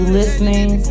listening